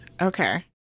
Okay